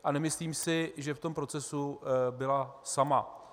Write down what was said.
A nemyslím si, že v tom procesu byla sama.